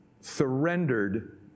surrendered